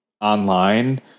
online